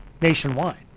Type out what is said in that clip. nationwide